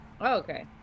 Okay